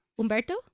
Umberto